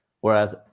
whereas